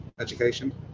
education